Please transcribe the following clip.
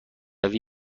روی